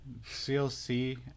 CLC